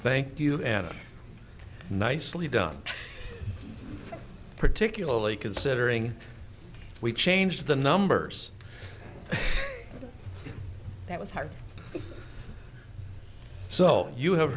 thank you adam nicely done particularly considering we changed the numbers that was hard so you have